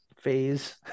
phase